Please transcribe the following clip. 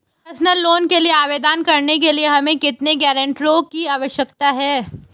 Personal loan के लिए आवेदन करने के लिए हमें कितने गारंटरों की आवश्यकता है?